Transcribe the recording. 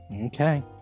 Okay